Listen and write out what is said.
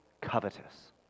covetous